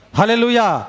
Hallelujah